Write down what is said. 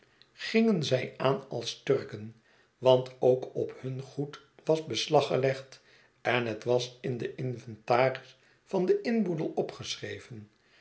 gingen zij aan als turken want ook op hun goed was beslag gelegd en het was in den inventaris van den inboedel opgeschreven